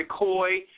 McCoy